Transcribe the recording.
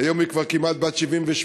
היום היא כבר כמעט בת 78,